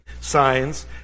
signs